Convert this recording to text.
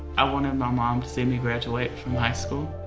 i wanted my mom to see me graduate from high school,